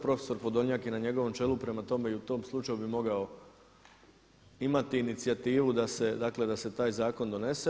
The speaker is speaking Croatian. Profesor Podolnjak je na njegovom čelu, prema tome i u tom slučaju bi mogao imati inicijativu da se, dakle da se taj zakon donese.